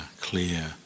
clear